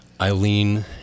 Eileen